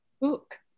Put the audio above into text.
book